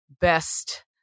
best